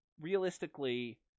realistically